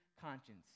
conscience